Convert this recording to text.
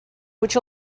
which